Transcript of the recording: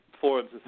forms